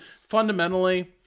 fundamentally